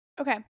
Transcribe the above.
Okay